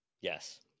Yes